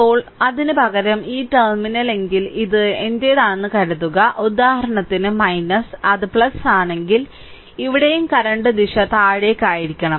ഇപ്പോൾ അതിനുപകരം ഈ ടെർമിനൽ എങ്കിൽ ഇത് എന്റെതാണെന്ന് കരുതുക ഉദാഹരണത്തിന് അത് ആണെങ്കിൽ ഇവിടെയും കറന്റ് ദിശ താഴേക്ക് ആയിരിക്കണം